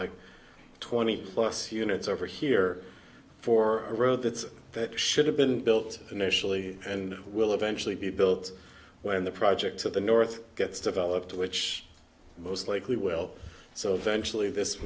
like twenty plus units over here for a road that that should have been built initially and will eventually be built when the project to the north gets developed which most likely will so eventually this